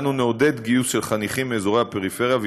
אנו נעודד גיוס חניכים מאזורי הפריפריה,